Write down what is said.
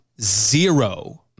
Zero